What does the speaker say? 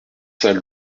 saint